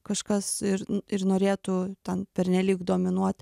kažkas ir ir norėtų ten pernelyg dominuot